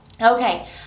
Okay